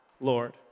Lord